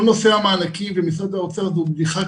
כל נושא המענקים ומשרד האוצר זו בדיחה,